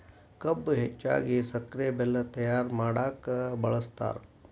ಕಬ್ಬು ಹೆಚ್ಚಾಗಿ ಸಕ್ರೆ ಬೆಲ್ಲ ತಯ್ಯಾರ ಮಾಡಕ ಬಳ್ಸತಾರ